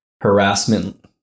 harassment